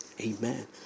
Amen